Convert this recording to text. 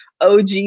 OG